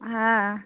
হ্যাঁ